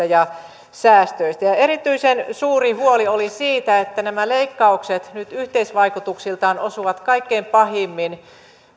ja säästöjen yhteisvaikutuksista ja erityisen suuri huoli oli siitä että nämä leik kaukset nyt yhteisvaikutuksiltaan osuvat kaikkein pahimmin